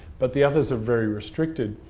but the others are very restricted.